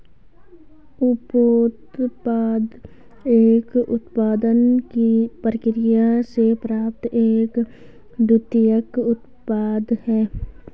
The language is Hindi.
उपोत्पाद एक उत्पादन प्रक्रिया से प्राप्त एक द्वितीयक उत्पाद है